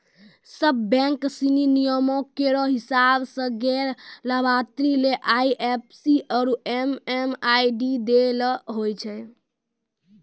सब बैंक सिनी नियमो केरो हिसाब सें गैर लाभार्थी ले आई एफ सी आरु एम.एम.आई.डी दै ल होय छै